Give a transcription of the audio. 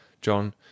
John